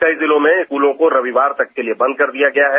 कई जिलों में स्कूलों को रविवार तक के लिए बंद कर दिया गया है